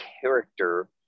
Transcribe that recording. character